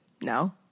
no